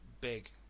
big